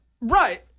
Right